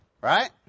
right